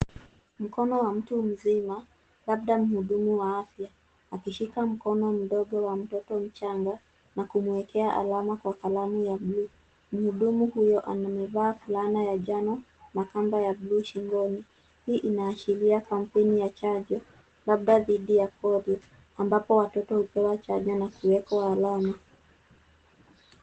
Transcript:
Mkono wa mtu mzima, labda mhudumu wa afya, akishika mkono mdogo wa mtoto mchanga na kumwekea alama kwa kalamu ya bluu. Mhudumu huyo amevaa fulana ya njano na kamba ya bluu shingoni. Hii inaashiria kampeni ya chanjo, labda dhidi ya polio, ambapo watoto hupewa chanjo na kuwekwa alama.